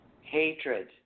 hatred